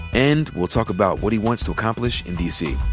and we'll talk about what he wants to accomplish in d. c.